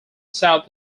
south